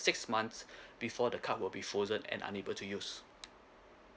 six months before the card will be frozen and unable to use